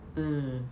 mm